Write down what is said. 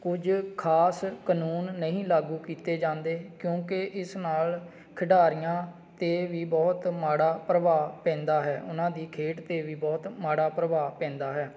ਕੁਝ ਖ਼ਾਸ ਕਾਨੂੰਨ ਨਹੀਂ ਲਾਗੂ ਕੀਤੇ ਜਾਂਦੇ ਕਿਉਂਕਿ ਇਸ ਨਾਲ ਖਿਡਾਰੀਆਂ 'ਤੇ ਵੀ ਬਹੁਤ ਮਾੜਾ ਪ੍ਰਭਾਵ ਪੈਂਦਾ ਹੈ ਉਹਨਾਂ ਦੀ ਖੇਡ 'ਤੇ ਵੀ ਬਹੁਤ ਮਾੜਾ ਪ੍ਰਭਾਵ ਪੈਂਦਾ ਹੈ